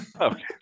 Okay